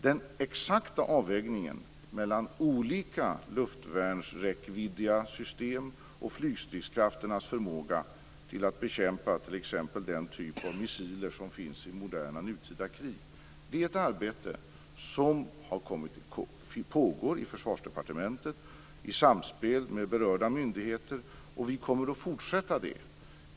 Den exakta avvägningen mellan olika luftvärnsräckviddssystem och flygstridskrafternas förmåga att bekämpa t.ex. den typ av missiler som finns i moderna nutida krig är ett arbete som pågår i Försvarsdepartementet i samspel med berörda myndigheter, och vi kommer att fortsätta det.